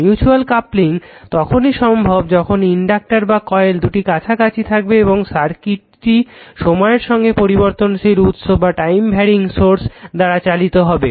mutual coupling তখনই সম্ভব যখন ইনডাক্টার বা কয়েল দুটি কাছাকাছি থাকবে এবং সার্কিটটি সময়ের সঙ্গে পরিবর্তনশীল উৎস দ্বারা চালিত হবে